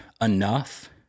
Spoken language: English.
enough